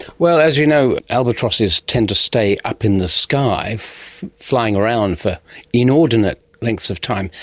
well as you know, albatrosses tend to stay up in the sky flying around for inordinate lengths of time.